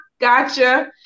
gotcha